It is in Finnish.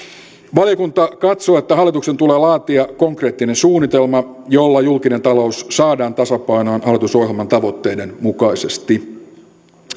valiokunta katsoo että hallituksen tulee laatia konkreettinen suunnitelma jolla julkinen talous saadaan tasapainoon hallitusohjelman tavoitteiden mukaisesti